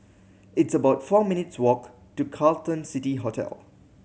it's about four minutes' walk to Carlton City Hotel